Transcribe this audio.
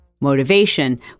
motivation